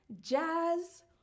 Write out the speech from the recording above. jazz